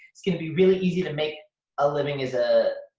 it's gonna be really easy to make a living as a